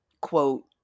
quote